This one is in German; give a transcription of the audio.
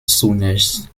zunächst